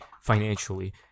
financially